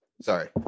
Sorry